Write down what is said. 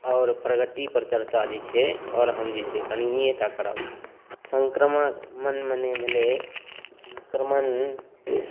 आओर प्रगतिपर चर्चा जे छै आओर हम जे छै कनिएटा करब संक्रमण मने भेलै संक्रमण